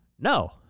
No